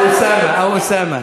או אוסאמה.